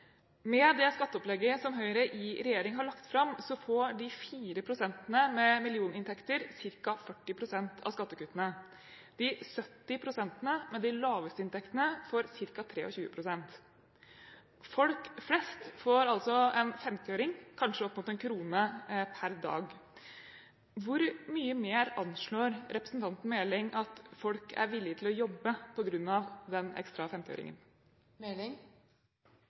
Med det skatteopplegget som Høyre i regjering har lagt fram, får de 4 prosentene med millioninntekter ca. 40 pst. av skattekuttene. De 70 prosentene med de laveste inntektene, får ca. 23 pst. Folk flest får altså en femtiøring, kanskje opp mot en krone, per dag. Hvor mye mer anslår representanten Meling at folk er villig til å jobbe på grunn av den ekstra femtiøringen?